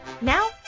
Now